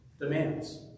demands